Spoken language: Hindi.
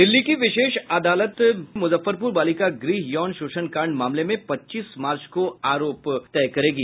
दिल्ली की विशेष अदालत मुजफ्फरपुर बालिका गृह यौन शोषणकांड मामले में पच्चीस मार्च को आरोप तय करेगी